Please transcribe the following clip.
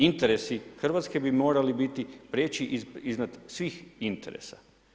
Interesi Hrvatske bi morali biti prijeći iznad svih interesa.